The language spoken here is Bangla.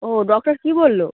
ও ডক্টর কী বললো